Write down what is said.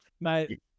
Mate